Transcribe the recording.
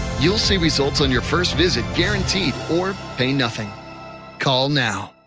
you'll see results on your first visit guarantee. or pay nothing call now.